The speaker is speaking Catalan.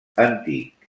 antic